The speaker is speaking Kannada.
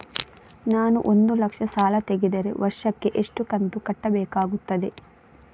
ನಾನು ಒಂದು ಲಕ್ಷ ಸಾಲ ತೆಗೆದರೆ ವರ್ಷಕ್ಕೆ ಎಷ್ಟು ಕಂತು ಕಟ್ಟಬೇಕಾಗುತ್ತದೆ?